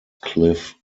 cliff